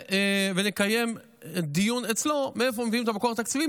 ונקיים דיון אצלו מאיפה מביאים את המקור התקציבי,